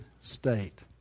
state